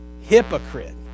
hypocrite